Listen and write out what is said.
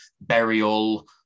burial